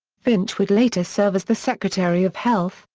finch would later serve as the secretary of health,